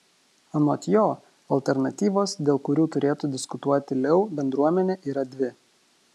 anot jo alternatyvos dėl kurių turėtų diskutuoti leu bendruomenė yra dvi